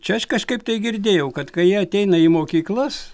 čia aš kažkaip tai girdėjau kad kai ateina į mokyklas